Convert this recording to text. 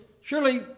surely